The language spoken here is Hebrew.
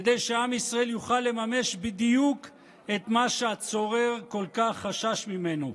כדי שעם ישראל יוכל לממש בדיוק את מה שהצורר כל כך חשש ממנו,